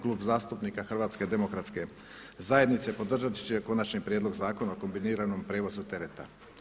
Klub zastupnika HDZ-a podržati će Konačni prijedlog zakona o kombiniranom prijevozu tereta.